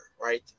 right